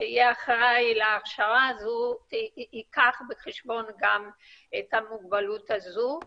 שיהיה אחראי להכשרה הזו ייקח בחשבון גם את המוגבלות הזו.